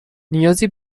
نیازی